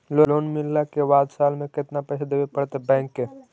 Loan मिलला के बाद साल में केतना पैसा देबे पड़तै बैक के?